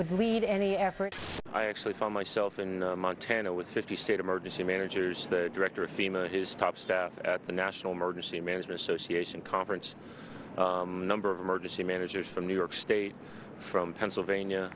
would lead any effort i actually found myself in montana with fifty state emergency managers director of female staff at the national emergency management association conference number of emergency managers from new york state from pennsylvania